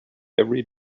every